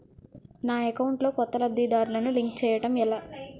నా అకౌంట్ లో కొత్త లబ్ధిదారులను లింక్ చేయటం ఎలా?